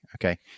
Okay